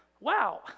Wow